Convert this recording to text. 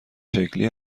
شکلی